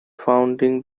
founding